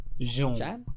Jean